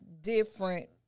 different